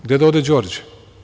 Gde da ode Đorđe?